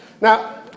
Now